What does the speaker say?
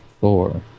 four